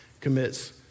commits